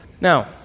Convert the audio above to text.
Now